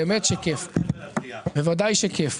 באמת ובוודאי שכיף.